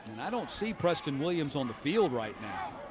i don't see preston williams on the field right now.